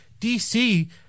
DC